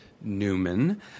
Newman